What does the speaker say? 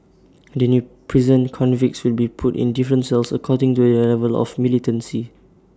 in the new prison convicts will be put in different cells according to their level of militancy